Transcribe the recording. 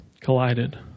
collided